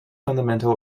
fundamental